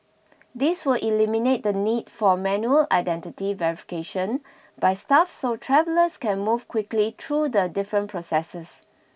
this will eliminate the need for manual identity verification by staff so travellers can move quickly through the different processes